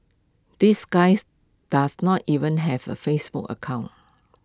this guys does not even have A Facebook account